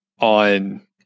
on